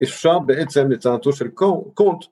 ‫אפשר בעצם לטענתו של קורט.